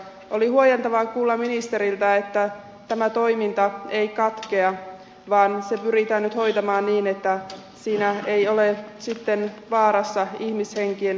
oli huojentavaa kuulla ministeriltä että tämä toiminta ei katkea vaan se pyritään nyt hoitamaan niin että siinä ei ole sitten vaarassa ihmishenkiä